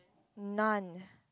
none